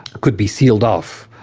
could be sealed off,